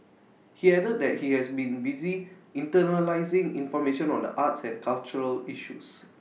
he added that he has been busy internalising information on the arts and cultural issues